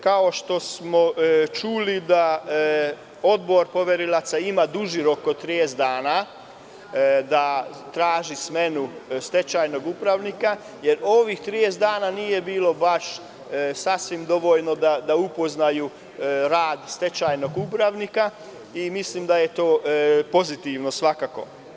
Kao što smo čuli da Odbor poverilaca ima duži rok od 30 dana, da traži smenu stečajnog upravnika, jer ovih 30 dana nije bilo baš sasvim dovoljno da upoznaju rad stečajnog upravnika i mislim da je to pozitivno svakako.